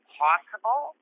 possible